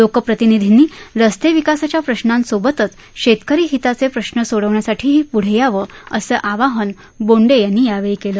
लोकप्रतिनिधींनी रस्ते विकासाच्या प्रश्रांसोबतच शेतकरी हिताचे प्रश्र सोडवण्यासाठीही पुढे यावं असं आवाहन बोंडे यांनी यावेळी केलं